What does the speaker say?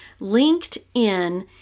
LinkedIn